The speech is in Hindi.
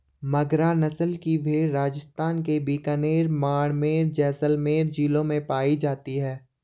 मगरा नस्ल की भेंड़ राजस्थान के बीकानेर, बाड़मेर, जैसलमेर जिलों में पाई जाती हैं